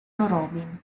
robin